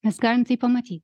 mes galim tai pamaty